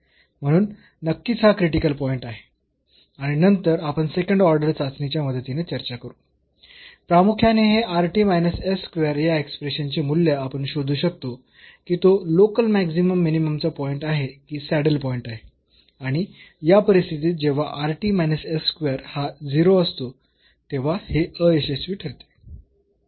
म्हणून नक्कीच हा क्रिटिकल पॉईंट आहे आणि नंतर आपण सेकंड ऑर्डर चाचणीच्या मदतीने चर्चा करू प्रामुख्याने हे या एक्सप्रेशन चे मूल्य आपण शोधू शकतो की तो लोकल मॅक्सिमम मिनिममचा पॉईंट आहे की सॅडल पॉईंट आहे आणि या परिस्थितीत जेव्हा हा 0 असतो तेव्हा हे अयशस्वी ठरते